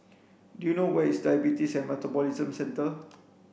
do you know where is Diabetes and Metabolism Centre